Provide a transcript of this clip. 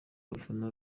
abafana